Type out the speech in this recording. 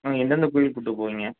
எந்தெந்த கோவிலுக்கு கூப்பிட்டு போவீங்க